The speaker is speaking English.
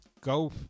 Go